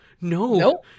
No